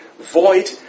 void